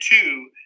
two